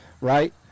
right